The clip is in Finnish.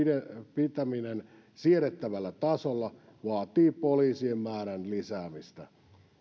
pitäminen siedettävällä tasolla vaatii poliisien määrän lisäämistä